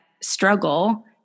struggle